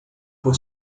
por